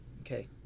okay